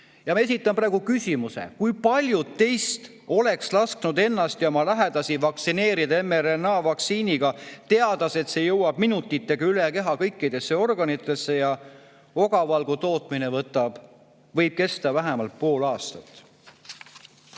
Ma esitan praegu küsimuse: kui paljud teist oleks lasknud ennast ja oma lähedasi vaktsineerida mRNA‑vaktsiiniga, teades, et see jõuab minutitega üle keha kõikidesse organitesse ja ogavalgu tootmine võib kesta vähemalt pool aastat?